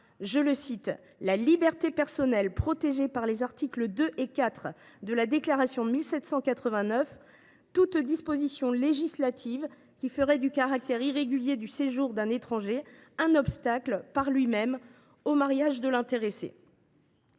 nom de « la liberté personnelle protégée par les articles 2 et 4 de la Déclaration de 1789 », toutes les dispositions législatives qui feraient « du caractère irrégulier du séjour d’un étranger un obstacle, par lui même, au mariage de l’intéressé